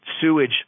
sewage